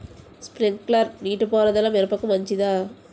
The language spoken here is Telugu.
స్ప్రింక్లర్ నీటిపారుదల మిరపకు మంచిదా?